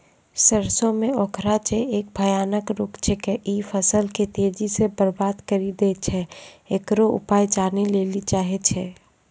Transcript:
सरसों मे उखरा जे एक भयानक रोग छिकै, इ फसल के तेजी से बर्बाद करि दैय छैय, इकरो उपाय जाने लेली चाहेय छैय?